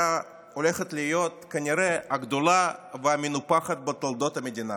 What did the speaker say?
הולכת להיות כנראה הגדולה והמנופחת בתולדות המדינה,